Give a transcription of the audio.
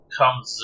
comes